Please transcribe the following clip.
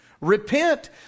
Repent